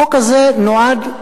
החוק הזה נועד,